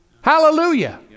Hallelujah